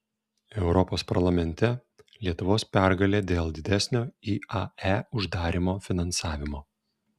europos parlamente lietuvos pergalė dėl didesnio iae uždarymo finansavimo